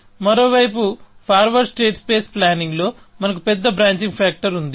మరోవైపు forward state space ప్లానింగ్లో మనకు పెద్ద బ్రాంచింగ్ ఫ్యాక్టర్ ఉంది